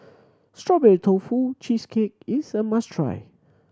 Strawberry Tofu Cheesecake is a must try